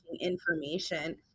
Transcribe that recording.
information